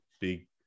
Big